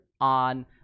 on